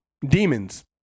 demons